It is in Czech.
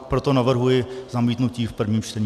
Proto navrhuji zamítnutí v prvním čtení.